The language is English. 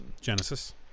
Genesis